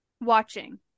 watching